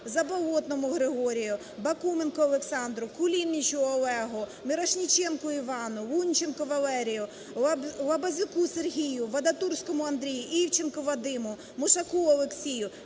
Заболотному Григорію, Бакуменку Олександру, Кулінічу Олегу, Мірошніченку Івану, Лунченку Валерію, Лабазюку Сергію, Вадатурському Андрію, Івченку Вадиму, Мушаку Олексію.